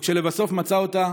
וכשלבסוף מצא אותה,